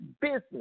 business